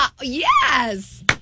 Yes